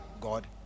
god